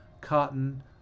cotton